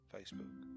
Facebook